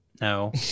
No